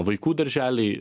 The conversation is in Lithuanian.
vaikų darželiai